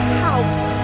house